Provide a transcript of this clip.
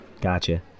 gotcha